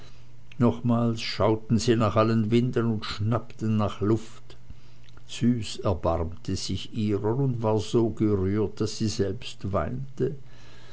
nochmals schauten sie nach allen winden und schnappten nach luft züs erbarmte sich ihrer und war so gerührt daß sie selbst weinte